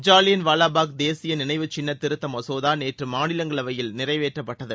ஜாலியன் வாலாபாக் தேசிய நினைவு சின்ன திருத்த மசோதா நேற்று மாநிலங்களவையில் நிறைவேற்றப்பட்டது